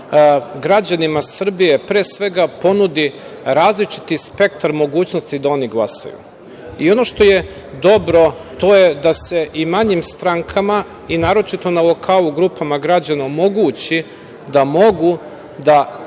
građanima Srbije, pre svega, ponudi različiti spektar mogućnosti da oni glasaju. Ono što je dobro, to je da se i manjim strankama i naročito na lokalu, grupama građana omogući, da mogu da pređu